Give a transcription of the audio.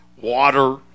water